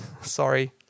Sorry